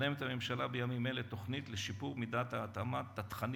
הממשלה מקדמת בימים אלה תוכנית לשיפור מידת התאמת התכנים